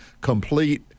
complete